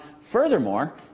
furthermore